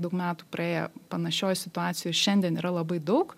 daug metų praėjo panašioj situacijoj ir šiandien yra labai daug